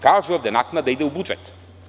Kaže – naknada ide u budžet.